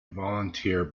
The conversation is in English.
volunteer